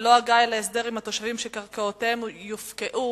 ללא הגעה להסדר עם התושבים שקרקעותיהם יופקעו,